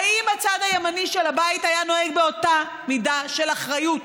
האם הצד הימני של הבית היה נוהג באותה מידה של אחריות,